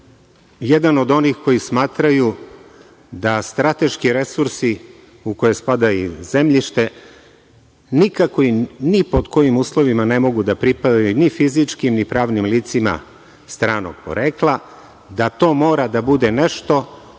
jedan od onih koji smatraju da strateški resursi u koje spada i zemljište, nikako ni pod kojim uslovima ne mogu da pripoje ni fizičkim ni pravnim licima, stranog porekla, da to mora da bude nešto